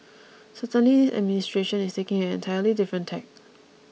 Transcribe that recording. certainly this administration is taking an entirely different tack